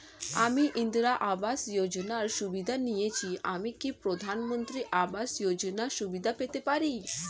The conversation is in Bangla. আমি ইন্দিরা আবাস যোজনার সুবিধা নেয়েছি আমি কি প্রধানমন্ত্রী আবাস যোজনা সুবিধা পেতে পারি?